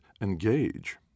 engage